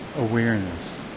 awareness